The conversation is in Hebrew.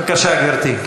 בבקשה, גברתי.